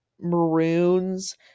maroons